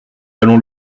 allons